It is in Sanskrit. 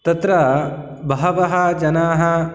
तत्र बहवः जनाः